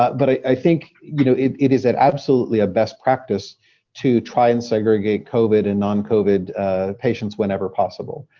but but i think you know it it is at absolutely a best practice to try and segregate covid and non-covid patients whenever possible.